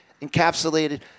encapsulated